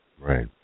Right